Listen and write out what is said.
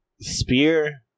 spear